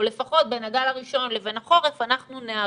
או לפחות בין הגל הראשון לבין החורף אנחנו ניערך,